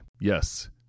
yes